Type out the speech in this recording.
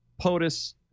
POTUS